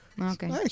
okay